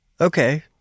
Okay